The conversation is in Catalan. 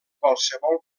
qualsevol